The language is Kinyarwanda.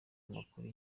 amakuru